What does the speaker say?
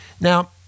Now